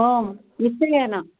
आम् निश्चयेन